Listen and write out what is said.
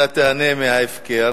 אתה תיהנה מההפקר